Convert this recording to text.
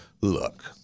look